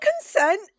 consent